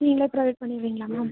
நீங்களே ப்ரொவைட் பண்ணிடுவிங்களா மேம்